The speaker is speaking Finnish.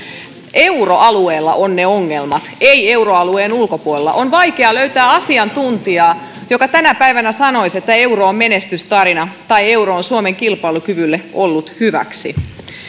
euroalueella ovat ne ongelmat eivät euroalueen ulkopuolella on vaikea löytää asiantuntijaa joka tänä päivänä sanoisi että euro on menestystarina tai euro on suomen kilpailukyvylle ollut hyväksi